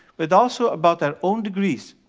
but also about their own degrees.